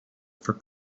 for